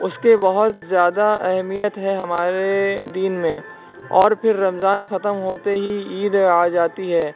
اس کے بہت زیادہ اہمیت ہے ہمارے دین میں اور پھر رمضان ختم ہوتے ہی عید آ جاتی ہے